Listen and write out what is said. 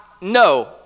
no